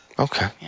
Okay